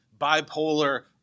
bipolar